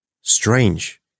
Strange